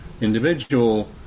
individual